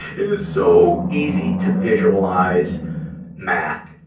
it is so easy to visualize matt,